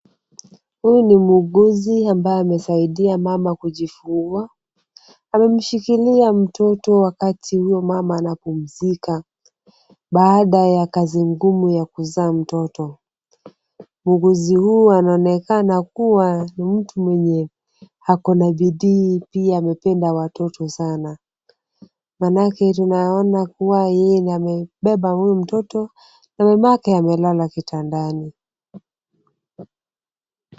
Huyu ni muuguzi ambaye amesaidia mama kujifungua. Amemshikilia mtoto wakati huyu mama anapumzika baada ya kazi ngumu ya kuzaa mtoto. Muuguzi huyu anaonekana kuwa ni mtu mwenye ako na bidii pia amependa watoto sana maanake tunaona kuwa yeye ndiye amebeba huyu mtoto na mamake amelala kitandani.